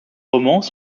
romans